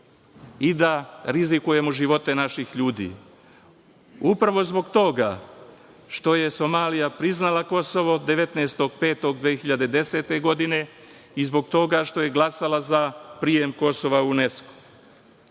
i da rizikujemo živote naših ljudi, upravo zbog toga što je Somalija priznala Kosovo 19. maja 2010. godine i zbog toga što je glasala za prijem Kosova u UNESKO.Misija